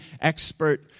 expert